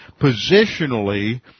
positionally